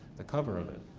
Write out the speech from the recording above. the cover of it.